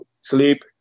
sleep